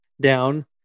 down